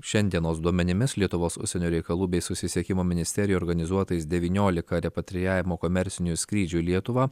šiandienos duomenimis lietuvos užsienio reikalų bei susisiekimo ministerijų organizuotais devyniolika repatrijavimo komercinių skrydžių į lietuvą